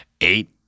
eight